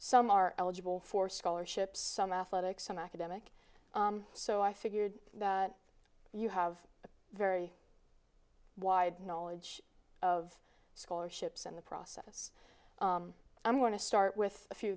some are eligible for scholarships some athletic some academic so i figured that you have a very wide knowledge of scholarships and the process i'm going to start with a few